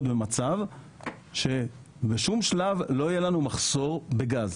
במצב שבשום שלב לא יהיה לנו מחסור בגז.